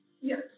Yes